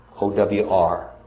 O-W-R